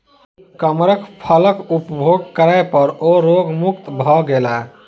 कमरख फलक उपभोग करै पर ओ रोग मुक्त भ गेला